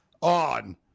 on